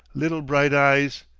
little bright-eyes!